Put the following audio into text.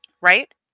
right